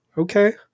okay